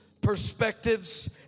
perspectives